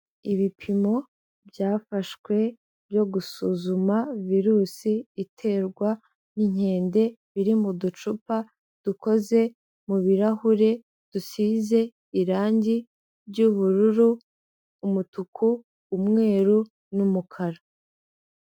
Ibipimo byafashwe byo gusuzuma virusi iterwa n'inkende, biri mu ducupa dukoze mu birarahure, dusize irangi ry'ubururu, umutuku, umweru n'umukara.